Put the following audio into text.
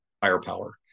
Firepower